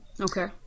Okay